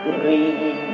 Green